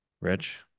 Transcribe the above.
Rich